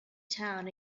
town